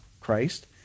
Christ